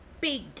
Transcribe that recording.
big